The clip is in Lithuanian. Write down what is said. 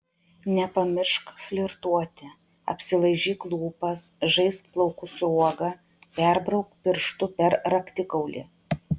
nepamiršk flirtuoti apsilaižyk lūpas žaisk plaukų sruoga perbrauk pirštu per raktikaulį